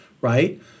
right